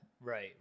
right